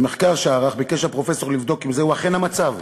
במחקר שערך ביקש הפרופסור לבדוק אם זה אכן המצב.